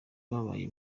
babaye